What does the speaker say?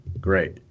great